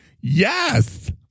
yes